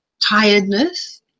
tiredness